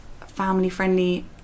family-friendly